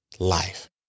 Life